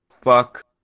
fuck